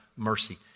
Mercy